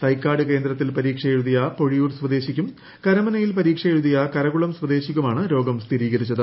തൈക്കാട് കേന്ദ്രത്തിൽ പരീക്ഷ എഴുതിയ പൊഴിയൂർ സ്വദേശിക്കും കരമനയിൽ പ്രിീക്ഷ എഴുതിയ കരകുളം സ്വദേശിക്കുമാണ് രോഗം സ്ഥിരീകരീച്ചത്